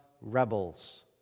rebels